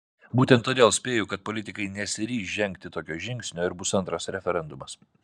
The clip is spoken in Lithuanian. būtent todėl spėju kad politikai nesiryš žengti tokio žingsnio ir bus antras referendumas